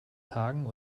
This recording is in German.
tagen